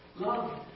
Love